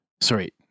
sorry